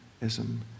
ism